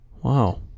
Wow